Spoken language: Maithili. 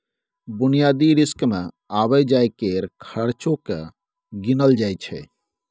बुनियादी रिस्क मे आबय जाय केर खर्चो केँ गिनल जाय छै